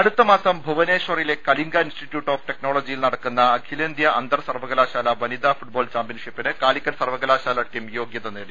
അടുത്ത മാസം ഭുവനേശ്വറിലെ കലിംഗ ഇൻസിറ്റിയൂട്ട് ഓഫ് ടെക് നോളജിയിൽ നടക്കുന്ന അഖിലേന്ത്യാ അന്തർസർവകലാശാല വനിതാ ഫുട്ബാൾ ചാംപ്യൻഷിപ്പിന് കാലിക്കറ്റ് സർവകലാശാല ടീം യോഗൃത നേടി